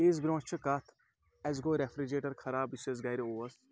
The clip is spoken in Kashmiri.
عیٖذ برونٛہہ چھِ کَتھ اَسِہ گوٚو رٮ۪فرِجریٹَر خَراب یُس اَسِہ گَرِ اوس